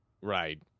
Right